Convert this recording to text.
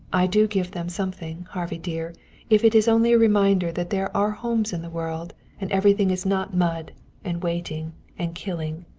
i do give them something, harvey dear if it is only a reminder that there are homes in the world, and everything is not mud and waiting and killing.